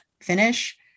finish